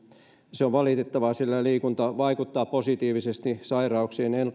se on valitettavaa sillä liikunta vaikuttaa positiivisesti sairauksien